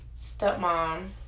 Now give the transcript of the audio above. stepmom